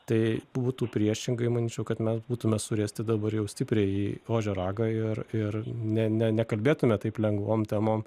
tai būtų priešingai manyčiau kad mes būtume surasti dabar jau stipriai į ožio ragą ir ir ne ne nekalbėtume taip lengvom temom